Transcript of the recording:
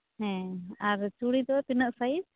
ᱦᱮᱸ ᱟᱨ ᱪᱩᱲᱤ ᱫᱚ ᱛᱤᱱᱟᱹᱜ ᱥᱟᱭᱤᱡ